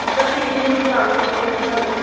ਅਸੀਂ ਜ਼ਰੂਰ ਆਵਾਂਗੇ ਮਿਲਣ ਤੁਹਾਨੂੰ